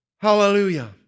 Hallelujah